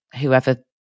whoever